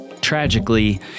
tragically